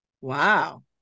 Wow